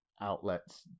outlets